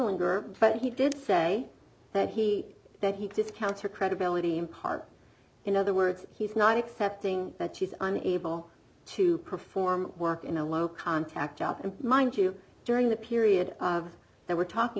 longer but he did say that he that he discounts her credibility in part in other words he's not accepting that she's unable to perform work in a low contact job and mind you during the period that we're talking